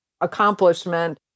accomplishment